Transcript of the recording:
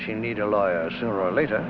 she need a lawyer sooner or later